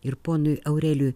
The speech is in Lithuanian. ir ponui aurelijui